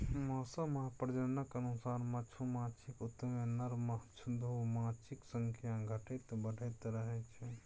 मौसम आ प्रजननक अनुसार मधुमाछीक छत्तामे नर मधुमाछीक संख्या घटैत बढ़ैत रहै छै